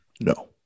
No